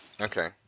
okay